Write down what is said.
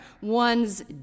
one's